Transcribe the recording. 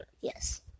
Yes